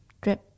drip